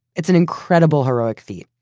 it's an incredible heroic feat,